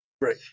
Right